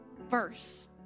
verse